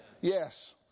Yes